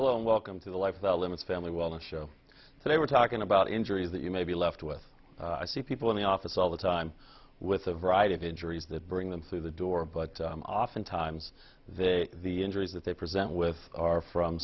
one welcome to the life that limits family well the show so they were talking about injuries that you may be left with i see people in the office all the time with a variety of injuries that bring them through the door but oftentimes they the injuries that they present with are from